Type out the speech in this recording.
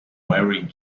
wearing